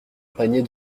panier